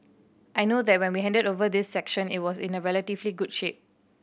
I know that when we handed over this section it was in relatively good shape